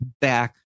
back